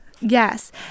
Yes